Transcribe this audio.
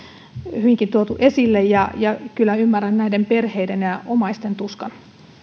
hyvinkin tuotu esille ja ja kyllä ymmärrän näiden perheiden ja ja omaisten tuskan